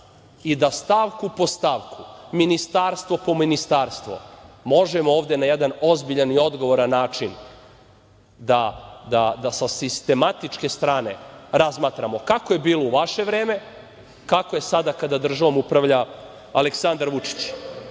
i da stavku po stavku, ministarstvo po ministarstvo, možemo ovde na jedan ozbiljan i odgovoran način da sa sistematičke strane razmatramo kako je bilo u vaše vreme, kako je sada kada državom upravlja Aleksandar Vučić. Možemo